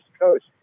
Coast